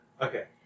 Okay